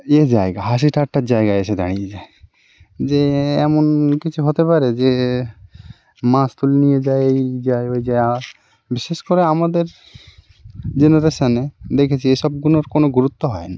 এ জায়গা হাসি ঠাট্টার জায়গায় এসে দাঁড়িয়ে যায় যে এমন কিছু হতে পারে যে মাছ তুলে নিয়ে যায় এই যায় ওই যায় বিশেষ করে আমাদের জেনারেশনে দেখেছি এ সবগুলোর কোনো গুরুত্ব হয় না